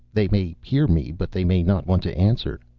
they may hear me but they may not want to answer.